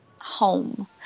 home